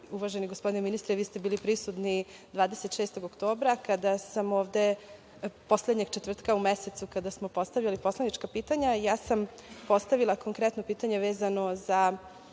uvaženi gospodine ministre, vi ste bili prisutni 26. oktobra, poslednjeg četvrtka u mesecu, kada smo ovde postavljali poslanička pitanja i ja sam postavila konkretno pitanje, vezano za